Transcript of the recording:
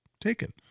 taken